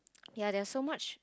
ya there is so much